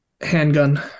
handgun